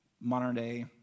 modern-day